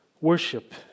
worship